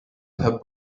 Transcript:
her